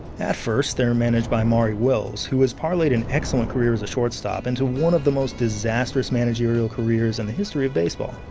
at first, they're managed by maury wills, who has parlayed an excellent career as a shortstop shortstop into one of the most disastrous managerial careers in the history of baseball.